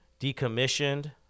decommissioned